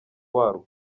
wawo